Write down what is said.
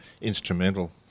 instrumental